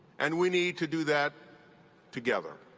and we need to do that together.